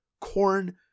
Corn